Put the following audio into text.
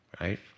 right